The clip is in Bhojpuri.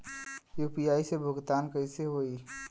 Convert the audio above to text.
यू.पी.आई से भुगतान कइसे होहीं?